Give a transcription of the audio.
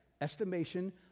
Estimation